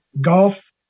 golf